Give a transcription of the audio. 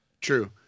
True